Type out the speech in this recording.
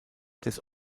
des